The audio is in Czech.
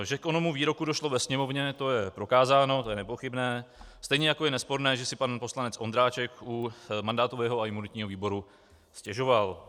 Že k onomu výroku došlo ve Sněmovně, to je prokázáno, to je nepochybné, stejně jako je nesporné, že si pan poslanec Ondráček u mandátového a imunitního výboru stěžoval.